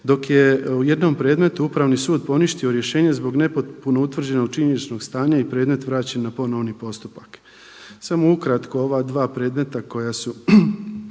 dok je u jednom predmetu Upravni sud poništio rješenje zbog nepotpuno utvrđenog činjeničnog stanja i predmet vraćen na ponovni postupak. Samo ukratko ova dva predmeta koja su